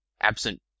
Absent